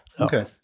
Okay